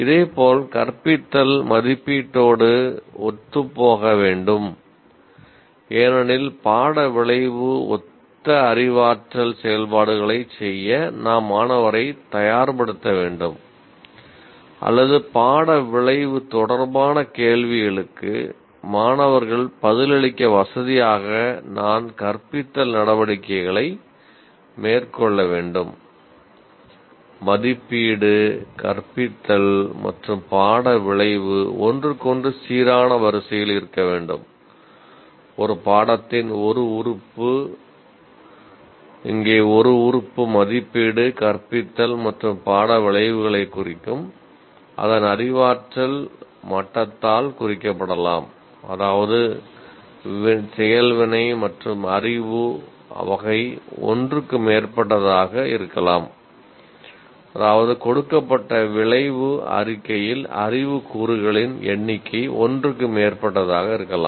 இதேபோல் கற்பித்தல் எண்ணிக்கை ஒன்றுக்கு மேற்பட்டதாக இருக்கலாம்